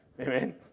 Amen